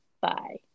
bye